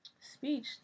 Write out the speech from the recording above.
speech